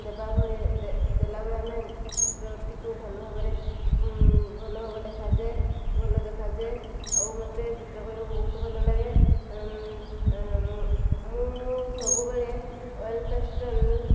ଦେବାଭଳି ଦେଲାବେଳେ ଆମେ ଚିତ୍ରଟିକୁ ଭଲ ଭାବରେ ଭଲ ଭାବ ଦେଖାଯାଏ ଭଲ ଦେଖାଯାଏ ଆଉ ମୋତେ ଚିତ୍ର କରିବାକୁ ବହୁତ ଭଲ ଲାଗେ ମୁଁ ସବୁବେଳେ ୱାଲ୍ ପେଷ୍ଟାଲ୍